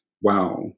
wow